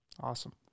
Awesome